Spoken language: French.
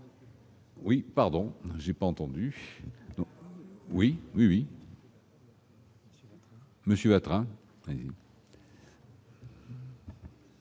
Oui, pardon, j'ai pas entendu donc, oui, oui, oui. Monsieur a train.